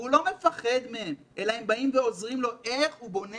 והוא לא מפחד מהם אלא הם באים ועוזרים לו איך הוא בונה